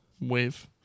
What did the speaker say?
wave